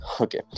Okay